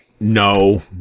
No